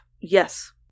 Yes